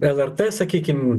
lrt sakykim